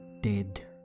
dead